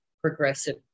Progressive